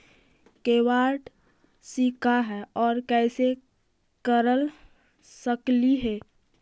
KYC का है, और कैसे कर सकली हे?